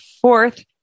fourth